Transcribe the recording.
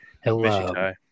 hello